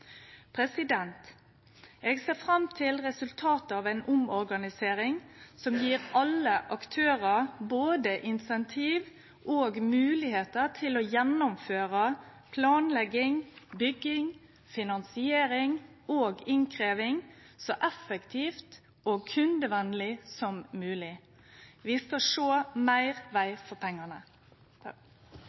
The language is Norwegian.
Eg ser fram til resultatet av ei omorganisering som gjev alle aktørar både incentiv og moglegheiter til å gjennomføre planlegging, bygging, finansiering og innkrevjing så effektivt og kundevenleg som mogleg. Vi skal sjå meir veg for pengane!